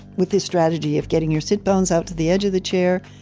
with this strategy of getting your sit bones out to the edge of the chair,